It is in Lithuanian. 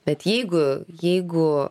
bet jeigu jeigu